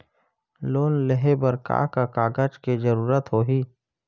Loan लेहे बर का का कागज के जरूरत होही?